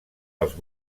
els